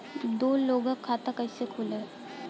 दो लोगक खाता कइसे खुल्ला?